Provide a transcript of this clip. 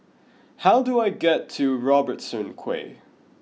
how do I get to Robertson Quay